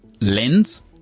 lens